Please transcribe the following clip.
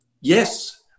yes